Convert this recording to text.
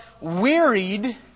wearied